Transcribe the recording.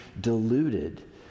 deluded